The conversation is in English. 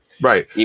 Right